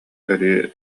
өрүү